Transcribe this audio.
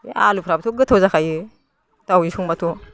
आलुफ्राबोथ' गोथाव जाखायो दाउजो संब्लाथ'